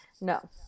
No